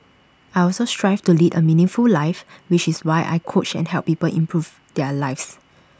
I also strive to lead A meaningful life which is why I coach and help people improve their lives